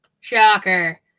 Shocker